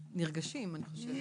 נרגשים, אני חושבת.